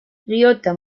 ryota